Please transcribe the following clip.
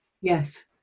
Yes